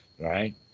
Right